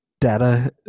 data